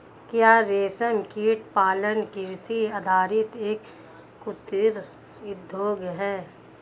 क्या रेशमकीट पालन कृषि आधारित एक कुटीर उद्योग है?